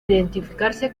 identificarse